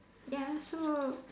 ya so